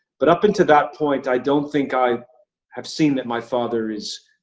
but up unto that point, i don't think i have seen that my father is,